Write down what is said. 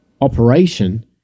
operation